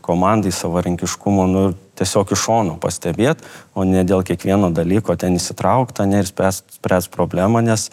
komandai savarankiškumo nu tiesiog iš šono pastebėt o ne dėl kiekvieno dalyko ten išsitrauktą ar ne ir spręst spręst problemą nes